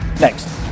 Next